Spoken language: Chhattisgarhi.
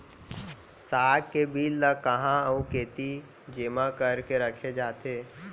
साग के बीज ला कहाँ अऊ केती जेमा करके रखे जाथे?